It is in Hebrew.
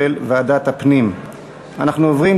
לדיון מוקדם בוועדת הפנים והגנת הסביבה נתקבלה.